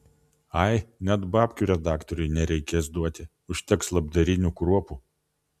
ai net babkių redaktoriui nereikės duoti užteks labdarinių kruopų